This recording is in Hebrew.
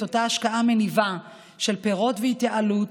אותה השקעה מניבה של פירות והתייעלות,